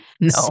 No